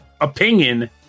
opinion